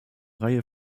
reihe